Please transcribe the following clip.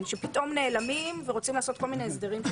אזרחים שנעלמים ורוצים לעשות כל מיני הסדרים.